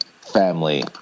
family